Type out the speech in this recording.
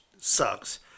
sucks